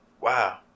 Wow